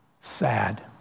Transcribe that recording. sad